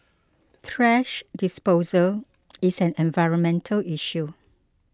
thrash disposal is an environmental issue